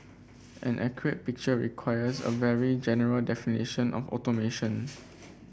an accurate picture requires a very general definition of automation